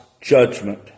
judgment